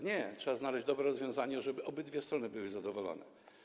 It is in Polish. Nie, trzeba znaleźć dobre rozwiązanie, żeby obydwie strony były zadowolone.